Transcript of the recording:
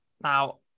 now